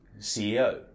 CEO